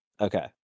Okay